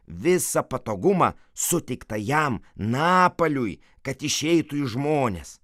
visą patogumą suteiktą jam napaliui kad išeitų į žmones